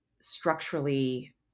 structurally